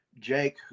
Jake